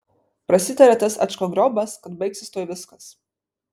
prasitarė tas ačkogriobas kad baigsis tuoj viskas